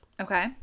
Okay